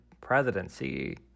presidency